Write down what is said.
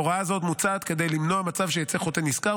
הוראה זו מוצעת כדי למנוע מצב שיצא חוטא נשכר,